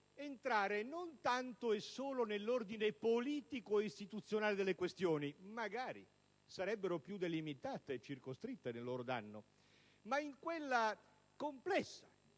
entrare non tanto e solo nell'ordine politico e istituzionale delle questioni - se così fosse sarebbero più circoscritte nel loro danno - ma in quella complessa